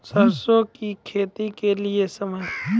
सरसों की खेती के लिए समय?